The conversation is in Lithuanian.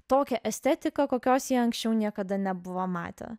tokią estetiką kokios jie anksčiau niekada nebuvo matę